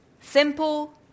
Simple